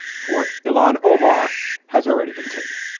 fort ellen. omar has already been taken